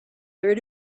learn